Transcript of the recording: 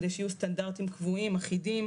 כדי שיהיו סטנדרטים קבועים אחידים